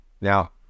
now